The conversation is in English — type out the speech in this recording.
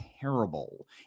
terrible